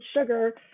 sugar